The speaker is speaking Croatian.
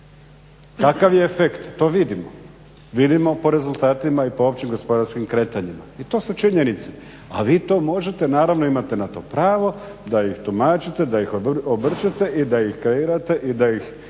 Takav je efekt, to vidimo, vidimo po rezultatima i po općim gospodarskim kretanjima i to su činjenice. A vi to možete naravno, imate na to pravo da ih tumačite, da ih obrćete i da ih kreirate i da ih